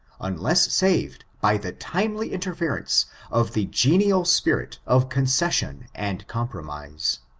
unless saved by the timely interference of the genial spirit of concession and compromise.